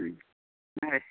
हय